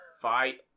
Fight